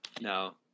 No